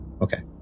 Okay